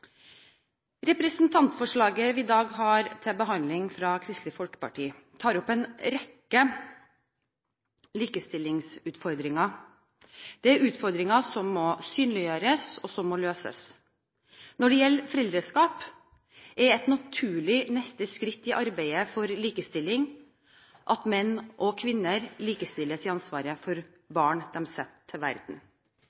Representantforslaget fra Kristelig Folkeparti som vi i dag har til behandling, tar opp en rekke likestillingsutfordringer. Det er utfordringer som må synliggjøres og løses. Når det gjelder foreldreskap, er et naturlig neste skritt i arbeidet for likestilling at menn og kvinner likestilles i ansvaret for